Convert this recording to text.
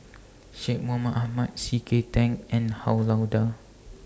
Syed Mohamed Ahmed C K Tang and Han Lao DA